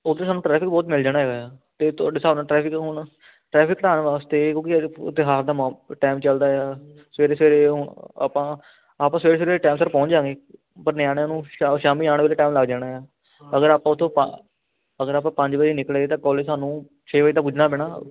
ਉੱਥੇ ਸਾਨੂੰ ਟਰੈਫਿਕ ਬਹੁਤ ਮਿਲ ਜਾਣਾ ਹੈਗਾ ਇਹ ਤੁਹਾਡੇ ਹਿਸਾਬ ਨਾਲ ਟਰੈਫਿਕ ਹੁਣ ਟਰੈਫਕ ਘਟਾਉਣ ਵਾਸਤੇ ਕਿਉਂਕਿ ਤਿਉਹਾਰ ਦਾ ਟਾਈਮ ਚੱਲਦਾ ਆ ਸਵੇਰੇ ਸਵੇਰੇ ਆਪਾਂ ਆਪਾਂ ਸਵੇਰੇ ਸਵੇਰੇ ਟਾਈਮ ਸਿਰ ਪਹੁੰਚ ਜਾਂਗੇ ਪਰ ਨਿਆਣਿਆਂ ਨੂੰ ਸ਼ਾਮੀ ਆਉਣ ਵੇਲੇ ਟਾਈਮ ਲੱਗ ਜਾਣਾ ਅਗਰ ਆਪਾਂ ਉਹ ਤੋਂ ਪੰਜ ਵਜੇ ਨਿਕਲੇ ਕੋਲਜ ਸਾਨੂੰ ਛੇ ਵਜੇ ਤਾਂ ਪੁੱਜਣਾ ਪੈਣਾ